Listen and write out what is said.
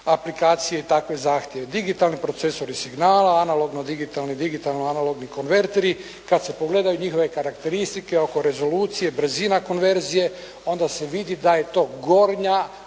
aplikacije, takve zahtjeve. Digitalni procesori signala, analogno digitalni, digitalno analogni konverteri, kada se pogledaju njihove karakteristike oko rezolucije, brzina konverzije , onda se vidi da je to gornja